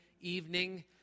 evening